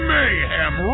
Mayhem